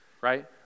right